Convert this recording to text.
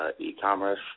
e-commerce